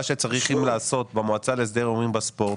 מה שצריכים לעשות במועצה להסדר הימורים בספורט,